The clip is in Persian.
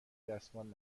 دستمال